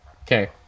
Okay